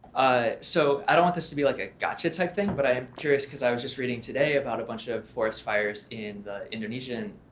so i don't want this to be like a gotcha type thing, but i am curious because i was just reading today about a bunch of forest fires in the indonesian